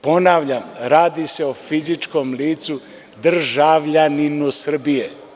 Ponavljam, radi se o fizičkom licu, državljaninu Srbije.